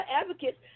advocates